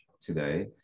today